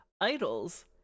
Idols